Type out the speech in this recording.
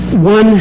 One